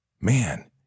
Man